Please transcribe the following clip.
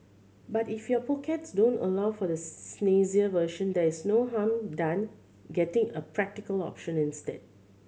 but if your pockets don't allow for the snazzier version there is no harm done getting a practical option instead